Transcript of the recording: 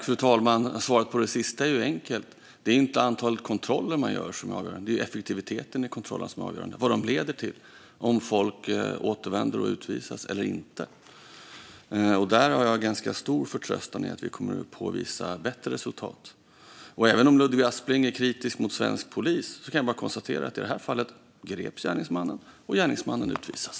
Fru talman! Svaret på det sista är enkelt. Det är inte antalet kontroller man gör som är avgörande, utan det är effektiviteten i kontrollerna och vad de leder till - om folk utvisas och återvänder eller inte. Där har jag ganska stor förtröstan om att vi kommer att påvisa bättre resultat. Även om Ludvig Aspling är kritisk mot svensk polis kan jag bara konstatera att gärningsmannen i det här fallet greps och nu utvisas.